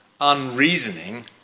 unreasoning